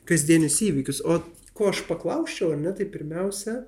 kasdienius įvykius o ko aš paklausčiau ar ne tai pirmiausia